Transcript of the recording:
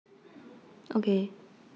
okay